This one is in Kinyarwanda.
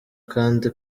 kandi